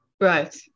right